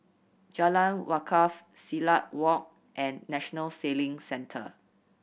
Jalan Wakaff Silat Walk and National Sailing Centre